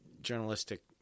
journalistic